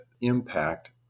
impact